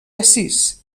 assís